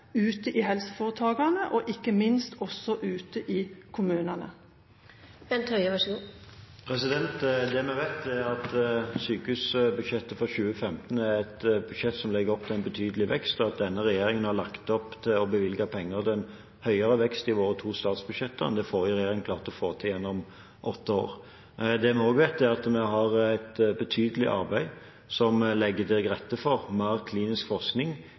ute i helseforetakene og, ikke minst, ute i kommunene? Det vi vet, er at sykehusbudsjettet for 2015 er et budsjett som legger opp til en betydelig vekst, og at denne regjeringen har lagt opp til å bevilge penger til en høyere vekst i våre to statsbudsjetter enn det den forrige regjeringen klarte å få til gjennom åtte år. Det vi også vet, er at vi har et betydelig arbeid som legger til rette for mer klinisk forskning